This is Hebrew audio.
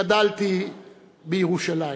גדלתי בירושלים,